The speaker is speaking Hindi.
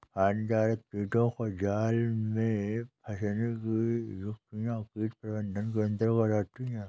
हानिकारक कीटों को जाल में फंसने की युक्तियां कीट प्रबंधन के अंतर्गत आती है